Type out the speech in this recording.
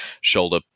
shoulder